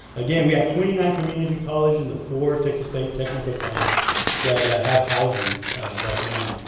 again, we have twenty nine community college and the four texas state technical college that have housing right now.